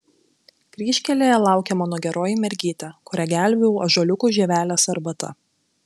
kryžkelėje laukia mano geroji mergytė kurią gelbėjau ąžuoliukų žievelės arbata